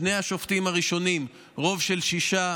לשני השופטים הראשונים רוב רגיל של שישה,